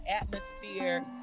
atmosphere